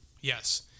Yes